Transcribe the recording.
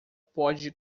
pode